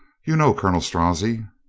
you know colonel strozzi?